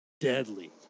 deadly